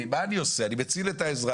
הרי מה אני עושה, אני מציל את האזרח.